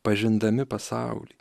pažindami pasaulį